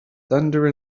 thunder